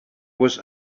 was